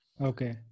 Okay